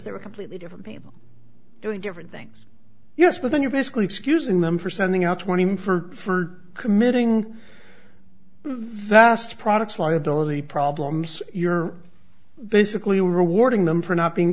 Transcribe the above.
they were completely different people doing different things yes but then you're basically excusing them for sending out twenty one for committing vest products liability problems you're basically rewarding them for not being